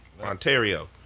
Ontario